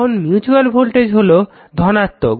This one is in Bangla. এখন মিউচুয়াল ভোল্টেজ হলো ধনাত্মক